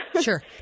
Sure